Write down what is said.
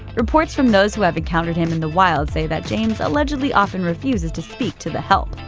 reports from those who have encountered him in the wild say that james allegedly often refuses to speak to the help.